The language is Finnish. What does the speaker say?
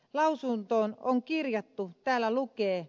lausuntoon on kirjattu täällä lukee